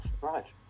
Right